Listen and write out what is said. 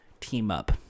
team-up